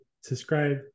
subscribe